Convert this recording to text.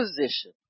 position